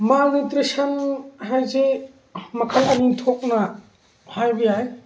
malnutrition ꯍꯥꯏꯁꯦ ꯃꯈꯜ ꯑꯅꯤ ꯊꯣꯛꯅ ꯍꯥꯏꯕ ꯌꯥꯏ